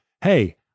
Hey